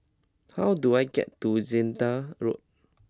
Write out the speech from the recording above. how do I get to Zehnder Road